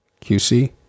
QC